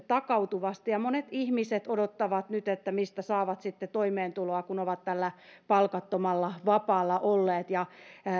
takautuvasti monet ihmiset odottavat nyt että mistä saavat sitten toimeentuloa kun ovat tällä palkattomalla vapaalla olleet ja